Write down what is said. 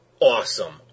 Awesome